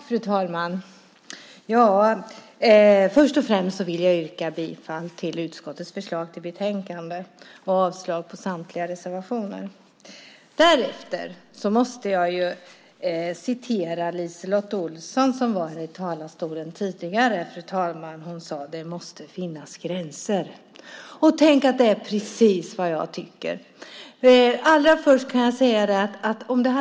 Fru talman! Först och främst vill jag yrka bifall till utskottets förslag i betänkandet och avslag på samtliga reservationer. Därefter måste jag citera det LiseLotte Olsson sade i talarstolen tidigare. Hon sade: Det måste finnas gränser. Det är precis vad jag tycker.